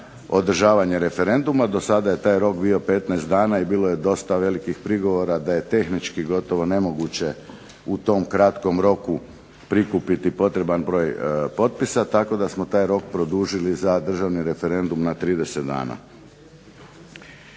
za održavanje referenduma, do sada je taj rok bio 15 dana, i bilo je dosta velikih prigovora da je tehnički gotovo nemoguće u tom kratkom roku prikupiti potreban broj potpisa, tako da smo taj rok produžili za državni referendum na 30 dana.